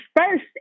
first